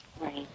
Right